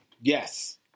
Yes